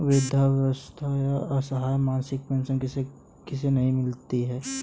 वृद्धावस्था या असहाय मासिक पेंशन किसे नहीं मिलती है?